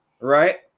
right